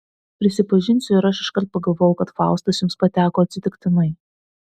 prisipažinsiu ir aš iškart pagalvojau kad faustas jums pateko atsitiktinai